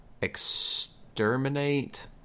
Exterminate